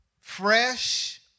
fresh